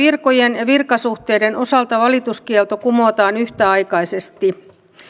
virkojen ja virkasuhteiden osalta valituskielto kumotaan yhtäaikaisesti